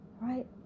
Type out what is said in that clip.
Right